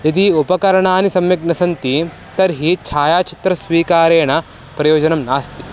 यदि उपकरणानि सम्यक् न सन्ति तर्हि छायाचित्रस्वीकारेण प्रयोजनं नास्ति